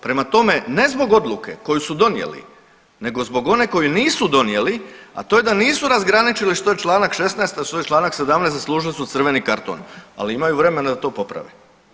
Prema tome, ne zbog odluke koju su donijeli nego zbog one koje nisu donijeli, a to je da nisu razgraničili što je čl. 16., a što je čl. 17. zaslužili su crveni karton, ali imaju vremena da to poprave.